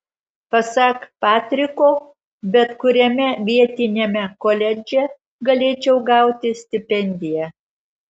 pasak patriko bet kuriame vietiniame koledže galėčiau gauti stipendiją